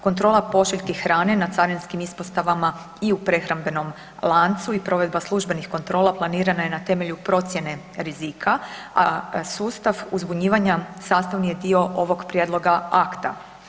Kontrola pošiljki hrane na carinskim ispostavama i u prehrambenom lanci i provedba službenih kontrola planirana je na temelju procjene rizika, a sustav uzbunjivanja sastavni je dio ovog prijedloga akta.